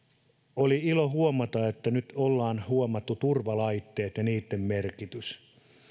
oli ilo huomata että nyt ollaan huomattu turvalaitteet ja niitten merkitys